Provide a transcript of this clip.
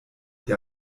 der